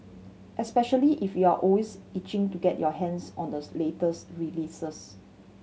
especially if you're always itching to get your hands on the latest releases